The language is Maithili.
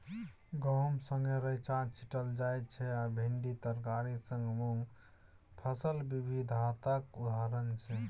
गहुम संगै रैंचा छीटल जाइ छै आ भिंडी तरकारी संग मुँग फसल बिबिधताक उदाहरण छै